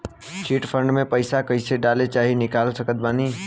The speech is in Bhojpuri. चिट फंड मे पईसा कईसे डाल चाहे निकाल सकत बानी?